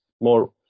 more